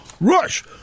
Rush